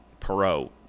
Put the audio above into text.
Perot